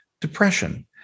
depression